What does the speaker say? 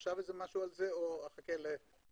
עכשיו השאלה היא הביצוע.